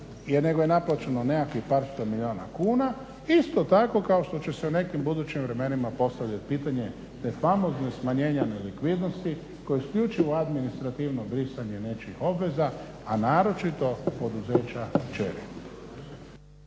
nego je naplaćeno nekakvih par sto milijuna kuna. Isto tako kao što će se u nekim budućim vremenima postavljati pitanje tog famoznog smanjenja nelikvidnosti koji je isključivo administrativno brisanje nečijih obveza, a naročito poduzeća kćeri.